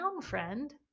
friend